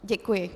Děkuji.